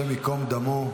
השם ייקום דמו.